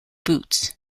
boots